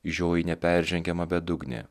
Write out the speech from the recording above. žioji neperžengiama bedugnė